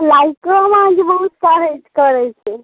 लाइको हम अहाँकेँ बहुत उत्साहित करैत छै